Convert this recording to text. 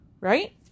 right